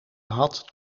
had